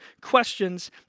questions